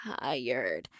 tired